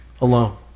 Alone